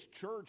church